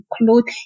include